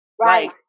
right